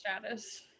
status